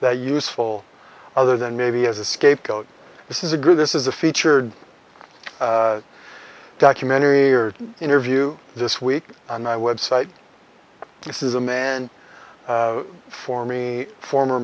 that useful other than maybe as a scapegoat this is a group this is a featured documentary or interview this week and i website this is a man for me former